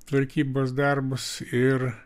tvarkybos darbus ir